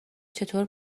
چطور